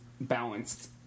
balanced